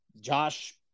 Josh